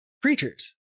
creatures